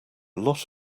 lot